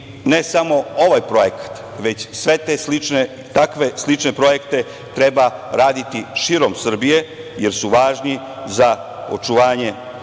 i ne samo ovaj projekat, već sve te slične i takve slične projekte treba raditi širom Srbije, jer su važni za očuvanje